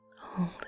hold